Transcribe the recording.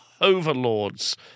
overlords